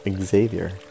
Xavier